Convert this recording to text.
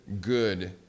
good